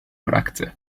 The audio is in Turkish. bıraktı